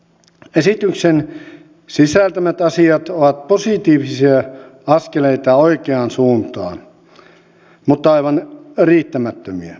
esityksen sisältämät asiat ovat positiivisia askeleita oikeaan suuntaan mutta aivan riittämättömiä